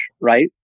right